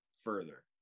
further